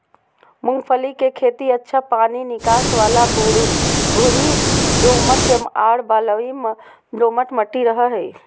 मूंगफली के खेती अच्छा पानी निकास वाला भुरभुरी दोमट आर बलुई दोमट मट्टी रहो हइ